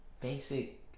basic